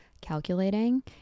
calculating